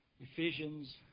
Ephesians